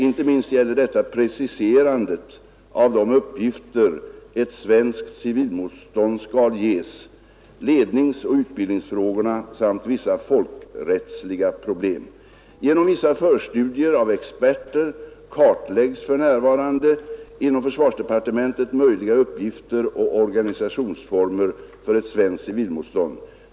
Inte minst gäller detta preciserandet av de uppgifter ett svenskt civilmotstånd skall ges, ledningsoch utbildningsfrågorna samt vissa folkrättsliga problem. Genom vissa förstudier av experter kartläggs för närvarande inom försvarsdepartementet möjliga uppgifter och organisationsformer för ett svenskt civilmotstånd.